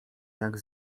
jak